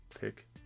pick